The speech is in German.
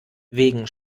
wegen